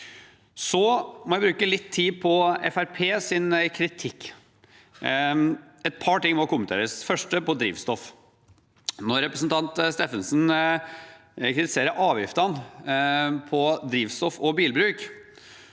Så må jeg bruke litt tid på Fremskrittspartiets kritikk. Et par ting må kommenteres. Det første er drivstoff. Når representanten Steffensen kritiserer avgiftene på drivstoff og bilbruk,